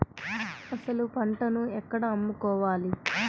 అసలు పంటను ఎక్కడ అమ్ముకోవాలి?